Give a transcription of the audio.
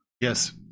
Yes